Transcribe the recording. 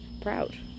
proud